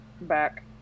Back